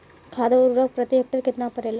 खाद व उर्वरक प्रति हेक्टेयर केतना परेला?